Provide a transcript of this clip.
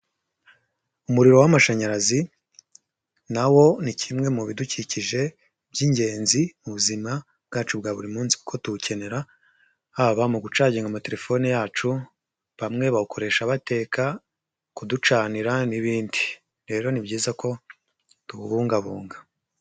Umuriro w'amashanyarazi nawo ni kimwe mu bidukikije by'ingenzi mu buzima bwacu bwa buri munsi kuko tuwukenera, haba mu gucangen ama telefone yacu, bamwe bawukoresha bateka, kuducanira n'ibindi, rero ni byiza ko tuwubungabunga.